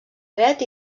dret